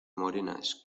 morenas